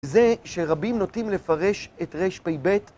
זה שרבים נוטים לפרש את רפ״ב.